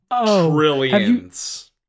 trillions